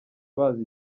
baza